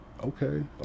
Okay